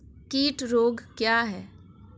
कीट रोग क्या है?